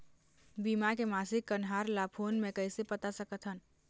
बीमा के मासिक कन्हार ला फ़ोन मे कइसे पता सकत ह?